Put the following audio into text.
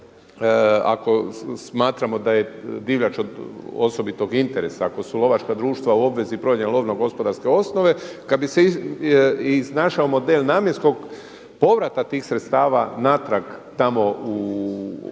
ako smatramo da je divljač od osobitog interesa, ako su lovačka društva u obvezi … lovno gospodarske osnove kada bi se iznašao model namjenskog povrata tih sredstava natrag tamo u onima